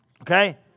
Okay